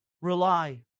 rely